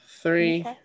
three